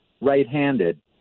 right-handed